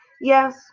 Yes